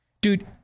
Dude